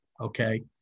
okay